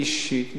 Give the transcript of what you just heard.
אישית,